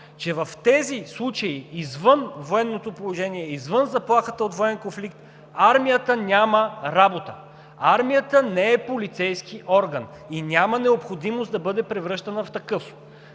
че в тези случаи извън военното положение, извън заплахата от военен конфликт, армията няма работа! Армията не е полицейски орган и няма необходимост да бъде превръщана в такъв!